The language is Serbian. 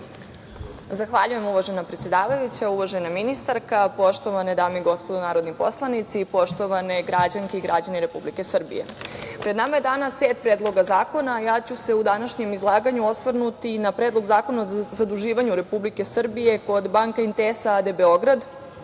Zahvaljujem, uvažena predsedavajuća. Uvažena ministarka, poštovane dame i gospodo narodni poslanici, poštovane građanke i građani Republike Srbije, pred nama je danas set predloga zakona, a ja ću se u današnjem izlaganju osvrnuti na Predlog zakona o zaduživanju Republike Srbije kod „Banka Intesa“ a.d. Beograd